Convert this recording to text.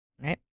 Right